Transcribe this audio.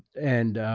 and